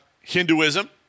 Hinduism